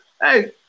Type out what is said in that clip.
hey